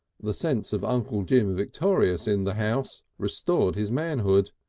the sense of uncle jim victorious in the house restored his manhood.